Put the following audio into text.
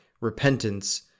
repentance